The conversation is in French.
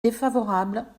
défavorable